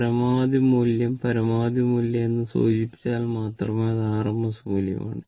പരമാവധി മൂല്യം പരമാവധി മൂല്യം എന്ന് സൂചിപ്പിച്ചാൽ മാത്രമേ അത് ആർഎംഎസ് മൂല്യമാണ്